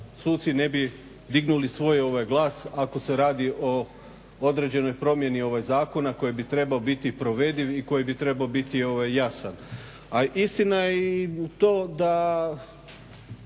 suci ne bi dignuli svoj glas ako se radi o određenoj promjeni zakona koji bi trebao biti provedivi i koji bi trebao biti jasan. A istina je i to da